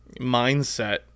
mindset